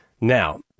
Now